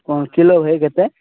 କ'ଣ କିଲୋ ଭାଇ କେତେ